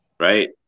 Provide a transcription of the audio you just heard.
Right